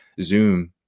Zoom